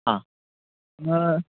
ആ